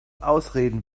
ausreden